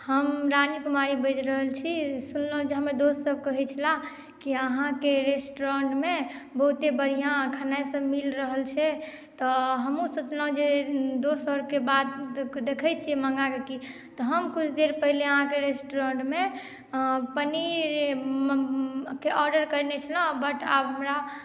हम रानी कुमारी बाजि रहल छी सुनलहुॅं जे हमर दोस सब कहै छलाह कि आहाँके रेस्टुरेंट मे बहुते बढ़िया खेनाइ सब मिल रहल छै तऽ हमहूँ सोचलहुॅं जे दोस आओरके बात देखै छियै मंगाके कऽ कि हम कुछ देर पहिले आहाँकेँ रेस्टुरेंटमे पनीर के आर्डर करने छलहुॅं बट आब हमरा